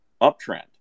uptrend